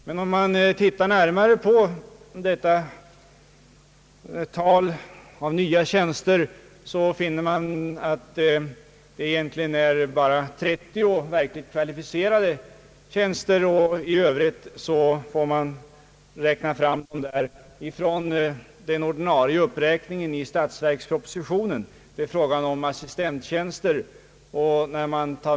Men om man närmare analyserar detta tal, finner man att det egentligen bara är 30 verkligt kvalificerade tjänster; i övrigt får man räkna fram dem från den ordinarie årliga uppräkningen i statsverkspropositionen. Det är vidare fråga om ett antal assistenttjänster.